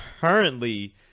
currently